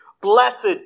Blessed